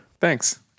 Thanks